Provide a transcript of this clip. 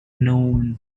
known